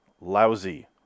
Lousy